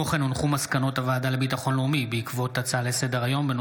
מסקנות הוועדה לביטחון לאומי בעקבות הצעתם לסדר-היום של